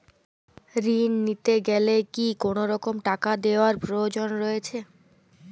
ঋণ নিতে হলে কি কোনরকম টাকা দেওয়ার প্রয়োজন রয়েছে?